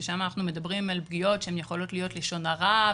שם אנחנו מדברים על פגיעות שיכולות להיות לשון הרע,